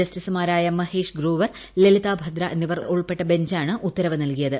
ജസ്റ്റിസുമാരായ മഹേഷ് ഗ്രോവർ ലലിത ഭദ്ര എന്നിവർ ഉൾപ്പെട്ട ബഞ്ചാണ് ഉത്തരവ് നൽകിയത്